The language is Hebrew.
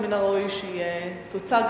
ומן הראוי שהיא תוצג,